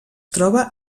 troba